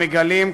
המגלים,